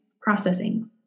Processing